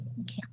Okay